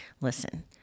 listen